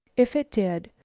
if it did,